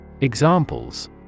Examples